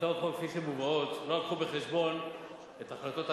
הצעות החוק כפי שהן מובאות לא הביאו בחשבון את החלטות הממשלה,